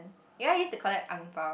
ya I used to collect ang-bao